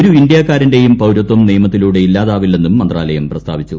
ഒരു ഇന്ത്യാക്കാരന്റെയും പൌരത്വം നിയമത്തിലൂടെ ഇല്ലാതാവില്ലെന്നും മന്ത്രാലയം പ്രസ്താവിച്ചു